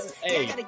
Hey